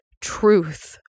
truth